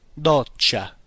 doccia